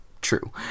true